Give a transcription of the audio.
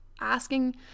asking